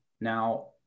Now